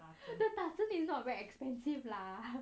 the 打针 is not very expensive lah